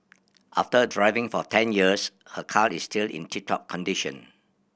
after driving for ten years her car is still in tip top condition